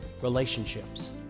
relationships